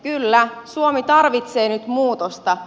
kyllä suomi tarvitsee nyt muutosta